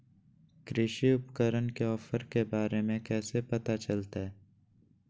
कृषि उपकरण के ऑफर के बारे में कैसे पता चलतय?